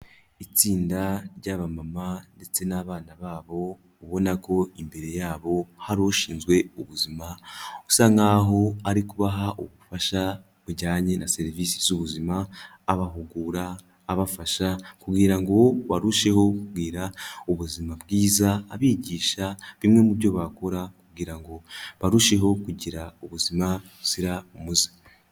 Itsinda ry'abamama ndetse n'abana babo, ubona ko imbere yabo hari ushinzwe ubuzima, usa nkaho ari kubaha ubufasha bujyanye na serivisi z'ubuzima, abahugura, abafasha, kugira ngo barusheho kugira ubuzima bwiza, abigisha bimwe mubyo bakora kugira ngo barusheho kugira ubuzima buzira umuze.